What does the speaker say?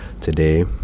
today